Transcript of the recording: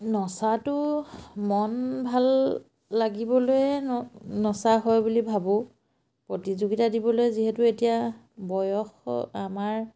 নচাটো মন ভাল লাগিবলৈয়ে ন নচা হয় বুলি ভাবোঁ প্ৰতিযোগিতা দিবলৈ যিহেতু এতিয়া বয়স আমাৰ